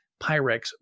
Pyrex